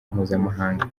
mpuzamahanga